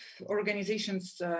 organizations